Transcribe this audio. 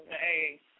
Hey